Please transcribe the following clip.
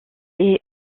est